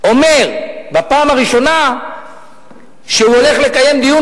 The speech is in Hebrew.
כאן בפעם הראשונה שהוא הולך לקיים דיון,